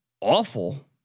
awful